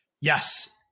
Yes